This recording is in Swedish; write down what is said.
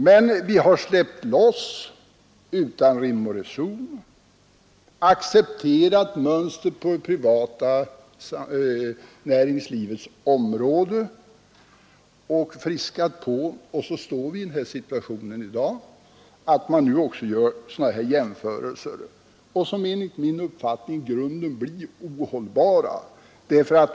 Men vi har släppt loss bortom rim och reson, vi har accepterat mönstret på det privata näringslivets område, och så står vi i dag i den situationen att vi gör sådana här jämförelser. De blir i grunden ohållbara.